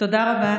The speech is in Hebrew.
תודה רבה.